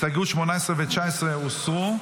הסתייגויות 18 ו-19 הוסרו.